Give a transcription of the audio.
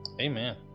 amen